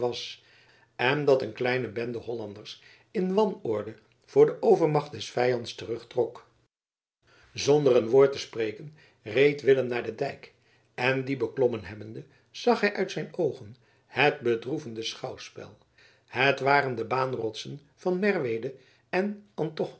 en dat een kleine bende hollanders in wanorde voor de overmacht des vijands terugtrok zonder een woord te spreken reed willem naar den dijk en dien beklommen hebbende zag hij uit zijn oogen het bedroevende schouwspel het waren de baanrotsen van merwede en